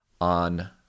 on